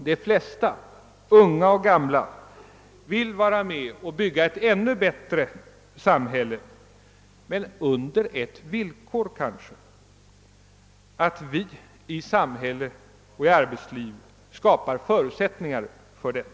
De flesta, unga och gamla, vill vara med om att bygga ett ännu bättre samhälle, men kanske under ett villkor: att vi i samhälle och i arbetsliv skapar förutsättningar för det.